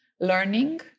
learning